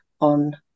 on